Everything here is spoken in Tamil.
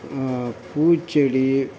பூச்செடி